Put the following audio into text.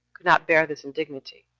could not bear this indignity.